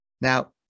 Now